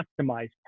customized